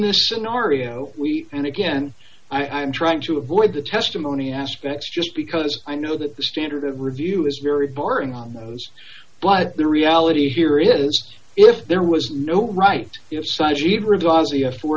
this scenario we and again i'm trying to avoid the testimony aspects just because i know that the standard of review is very boring on those but the reality here is if there was no right